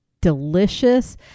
delicious